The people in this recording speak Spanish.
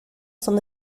son